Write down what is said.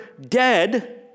dead